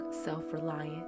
self-reliant